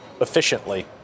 efficiently